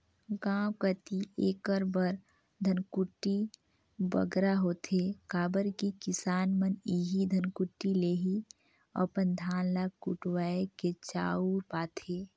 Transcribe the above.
गाँव कती एकर बर धनकुट्टी बगरा होथे काबर कि किसान मन एही धनकुट्टी ले ही अपन धान ल कुटवाए के चाँउर पाथें